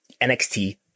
NXT